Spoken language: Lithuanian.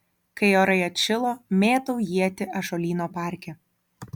kai orai atšilo mėtau ietį ąžuolyno parke